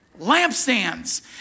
Lampstands